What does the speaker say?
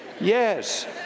yes